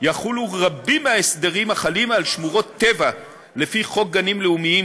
יחולו רבים מההסדרים החלים על שמורות טבע לפי חוק גנים לאומיים,